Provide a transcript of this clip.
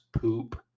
poop